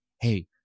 hey